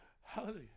hallelujah